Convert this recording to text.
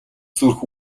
зүрх